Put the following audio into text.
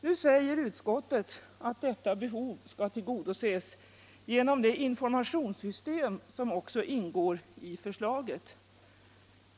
Nu säger utskottet att detta behov skall tillgodoses genom det in formationssystem som också ingår i förslaget.